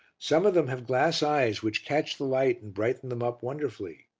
some of them have glass eyes which catch the light and brighten them up wonderfully.